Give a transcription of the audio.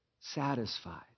satisfied